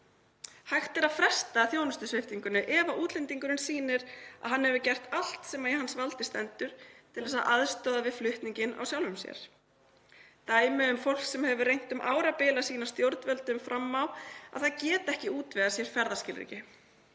Hægt er að fresta þjónustusviptingunni ef útlendingurinn sýnir að hann hefur gert allt sem í hans valdi stendur til að aðstoða við flutninginn á sjálfum sér. Dæmi eru um fólk sem hefur reynt um árabil að sýna stjórnvöldum fram á að það geti ekki útvegað sér ferðaskilríki,